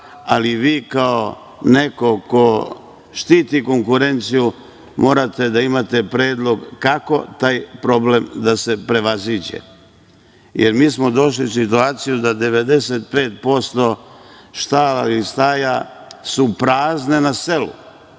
ali vi kao neko ko štiti konkurenciju morate da imate predlog kako taj problem da se prevaziđe. Mi smo došli u situaciju da 95% štala ili staja su prazne na selu,